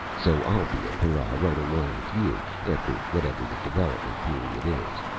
so i'll be a para right along with you, after whatever the development period is.